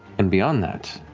and beyond that,